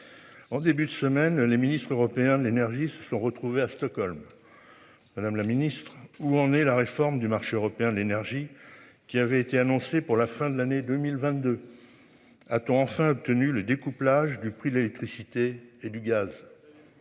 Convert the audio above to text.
En début de semaine, les ministres européens de l'énergie se sont retrouvés à Stockholm. Madame la Ministre où en est la réforme du marché européen de l'énergie qui avait été annoncé pour la fin de l'année 2022. A-t-on enfin obtenu le découplage du prix de l'électricité et du gaz.